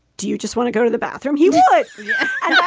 do you just want to go to the bathroom? he would yeah and